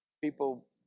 people